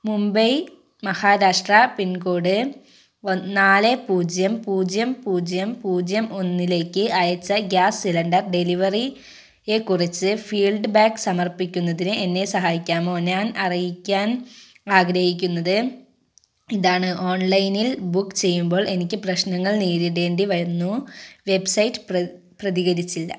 Mumbai Maharashtra pin code നാല് പൂജ്യം പൂജ്യം പൂജ്യം പൂജ്യം ഒന്നിലേക്ക് അയച്ച ഗ്യാസ് സിലിണ്ടർ ഡെലിവറി കുറിച്ചു ഫീൽഡ്ബാക്ക് സമർപ്പിക്കുന്നതിന് എന്നെ സഹായിക്കാമോ ഞാൻ അറിയിക്കാൻ ആഗ്രഹിക്കുന്നത് ഇതാണ് ഓൺലൈനിൽ ബുക്ക് ചെയ്യുമ്പോൾ എനിക്ക് പ്രശ്നങ്ങൾ നേരിടേണ്ടിവന്നു വെബ്സൈറ്റ് പ്രതികരിച്ചില്ല